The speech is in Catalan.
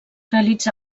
realitzà